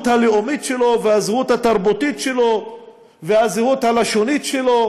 הלאומית שלו והזהות התרבותית שלו והזהות הלשונית שלו